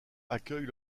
accueille